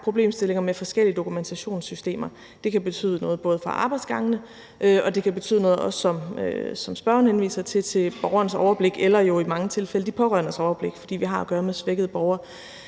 problemstillinger med forskellige dokumentationssystemer. Det kan betyde noget både for arbejdsgangene og, som spørgeren henviser til, for borgerens overblik eller i mange tilfælde de pårørendes overblik, fordi vi har at gøre med svækkede borgere.